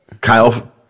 Kyle